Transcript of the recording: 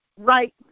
right